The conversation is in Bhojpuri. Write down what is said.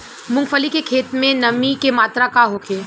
मूँगफली के खेत में नमी के मात्रा का होखे?